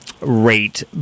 rate